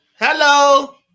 Hello